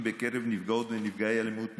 בקרב נפגעי ונפגעות אלימות מינית,